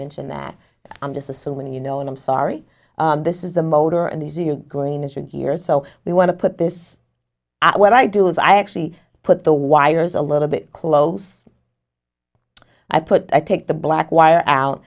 mention that i'm just assuming you know i'm sorry this is the motor and the zero greenish in here so we want to put this out what i do is i actually put the wires a little bit closer i put i take the black wire out